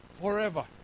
forever